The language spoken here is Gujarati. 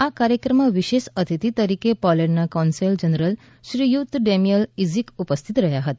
આ કાર્યક્રમમાં વિશેષ અતિથિ તરીકે પોલેન્ડના કોન્સલ જનરલ શ્રીયુત ડેમીયન ઈઝીક ઉપસ્થિત રહ્યા હતા